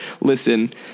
Listen